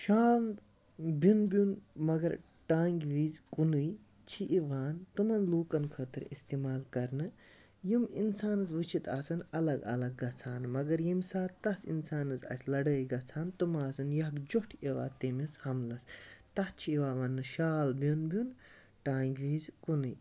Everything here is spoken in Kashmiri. شال بیٚون بیٚون مَگر ٹانگہِ وَزِ کُنٕے چھِ یِوان تِمَن لوٗکن خٲطرٕ اِستعمال کرنہٕ یِم اِنسانس وُچھِتھ آسن الگ الگ گژھان مَگر ییٚمہِ ساتہٕ تَس اِنسانس آسہِ لڑے گژھان تِم آسن یکجھۄٹھ یِوان تٔمِس ہملَس تَتھ چھُ یِوان وَننہٕ شال بیٚون بیٚون ٹانگہِ وِز کُنٕے